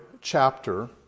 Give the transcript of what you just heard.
chapter